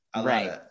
Right